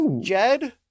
Jed